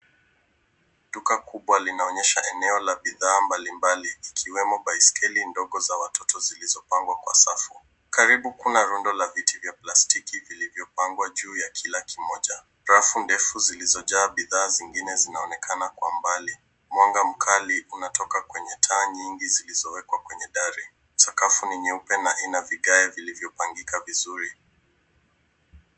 Duka kubwa linaonyesha eneo la bidhaa mbalimbali ikiwemo baiskeli ndogo za watoto zilizopangwa kwa safu. Karibu kuna rundo la viti vya plastiki vilivyopangwa juu ya kila kimoja. Rafu ndefu zilizojaa bidhaa zingine zinaonekana kwa mbali. Mwanga mkali unatoka kwenye taa nyingi zilizowekwa kwenye dari. Sakafu ni nyeupe na ina viage vilivyopangika vizuri